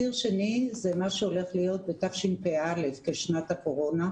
ציר שני זה מה שהולך להיות בתשפ"א כשנת הקורונה.